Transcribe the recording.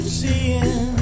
seeing